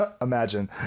Imagine